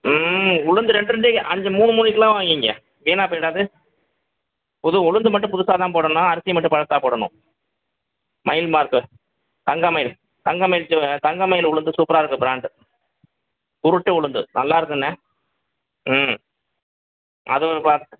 ம் உளுந்து ரெண்டு ரெண்டு அஞ்சு மூணு மூணு கிலோவாக வாய்ங்கிகோங்க வீணாக போய்டாது புது உளுந்து மட்டும் புதுசாகதான் போடணும் அரிசியை மட்டும் பழசாக போடணும் மயில் மார்க்கு தங்க மயில் தங்கமயில் ஜூ தங்கமயில் உளுந்து சூப்பராக இருக்குது பிராண்டு உருட்டு உளுந்து நல்லா இருக்குதுண்ணே ம் அது ஒரு பார்